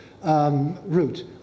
Route